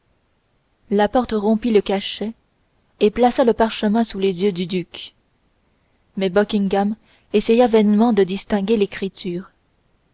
la porte rompit le cachet et plaça le parchemin sous les yeux du duc mais buckingham essaya vainement de distinguer l'écriture